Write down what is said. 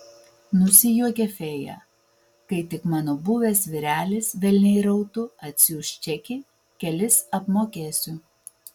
nusijuokė fėja kai tik mano buvęs vyrelis velniai rautų atsiųs čekį kelis apmokėsiu